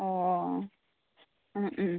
अ'ओम ओम